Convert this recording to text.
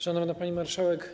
Szanowna Pani Marszałek!